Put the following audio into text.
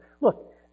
Look